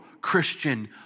Christian